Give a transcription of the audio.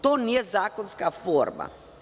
To nije zakonska forma.